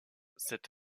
cette